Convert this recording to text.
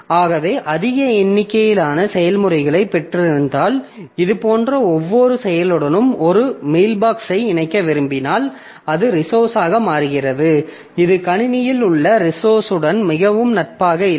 ஆகவே அதிக எண்ணிக்கையிலான செயல்முறைகளைப் பெற்றிருந்தால் இதுபோன்ற ஒவ்வொரு செயலுடனும் ஒரு மெயில்பாக்ஸ் ஐ இணைக்க விரும்பினால் அது ரிசோர்ஸ் ஆக மாறுகிறது இது கணினியில் உள்ள ரிசோர்ஸ் உடன் மிகவும் நட்பாக இல்லை